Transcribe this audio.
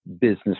business